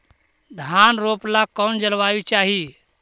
धान रोप ला कौन जलवायु चाही?